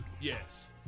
Yes